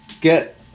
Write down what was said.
get